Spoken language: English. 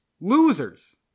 losers